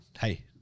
Hey